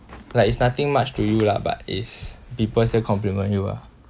like it's nothing much to you lah but is people still compliment you ah